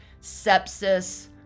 sepsis